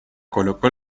colocó